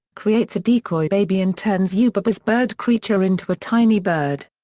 creates a decoy baby and turns yubaba's bird creature into a tiny bird.